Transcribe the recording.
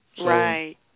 Right